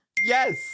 yes